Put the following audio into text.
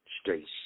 straight